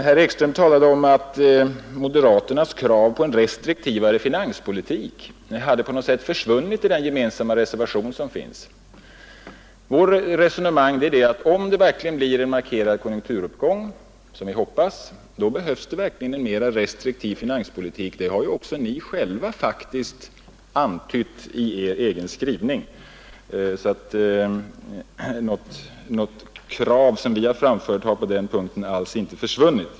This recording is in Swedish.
Herr Ekström sade att moderaternas krav på en mera restriktiv finanspolitik hade på något sätt försvunnit i den gemensamma reservationen. Vårt resonemang är, att om det blir en markerad konjunkturuppgång — vilket vi hoppas — behövs det verkligen en mera restriktiv finanspolitik. Det har faktiskt också ni själva antytt i er egen skrivning; något krav som vi har framfört på den punkten har alltså inte försvunnit.